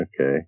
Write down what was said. Okay